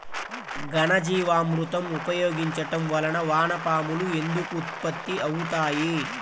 ఘనజీవామృతం ఉపయోగించటం వలన వాన పాములు ఎందుకు ఉత్పత్తి అవుతాయి?